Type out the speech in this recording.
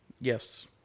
Yes